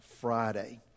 Friday